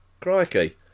Crikey